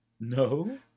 No